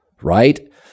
right